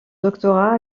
doctorat